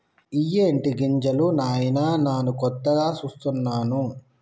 ఇయ్యేటి గింజలు నాయిన నాను కొత్తగా సూస్తున్నాను